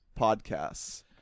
podcasts